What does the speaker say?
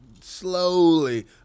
slowly